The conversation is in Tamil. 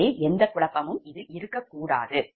எனவே எந்த குழப்பமும் இருக்கக்கூடாது